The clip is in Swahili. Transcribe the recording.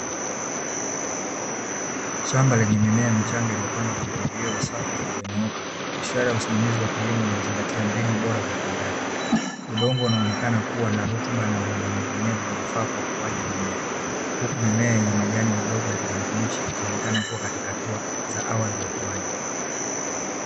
Shamba lenye mimea michanga iliyopandwa kwa mpangilio wa safu zilizonyooka, ishara ya usimamizi wa kilimo unaozingatia mbinu bora za upandaji, udongo unaonekana kuwa na rutuba na wenye unyevunyevu unaofaa kwa ukuaji wa mimea, huku mimea yenye majani madogo ya kijani kibichi ikionekana hatua za awali za ukuaji.